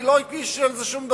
אני לא אגיש על זה שום דבר.